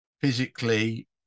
physically